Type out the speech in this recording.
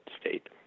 state